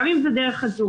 גם אם זה דרך ה"זום",